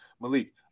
Malik